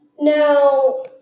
Now